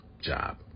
job